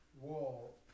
wall